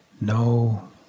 no